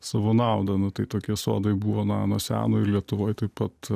savo naudą nu tai tokie sodai buvo na nuo seno ir lietuvoj taip pat